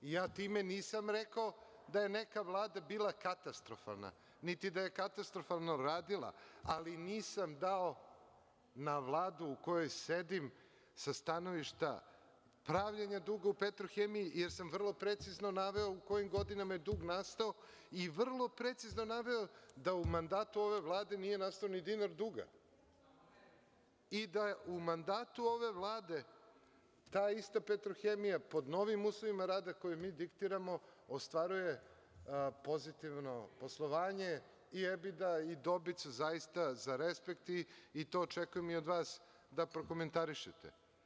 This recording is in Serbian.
Time nisam rekao da je neka vlada bila katastrofalna, niti da je katastrofalno radila, ali nisam dao na Vladu u kojoj sedim sa stanovišta pravljenja duga u „Petrohemiji“, jer sam vrlo precizno naveo u kojim godinama je dug nastao i vrlo precizno naveo da u mandatu ove Vlade nije nastao ni dinar duga i da u mandatu ove Vlade ta ista „Petrohemija“ pod novim uslovima rada koji mi diktiramo, ostvaruje pozitivno poslovanje i „Ebida“ i dobit su zaista za respekt i to očekujem i od vas da prokomentarišete.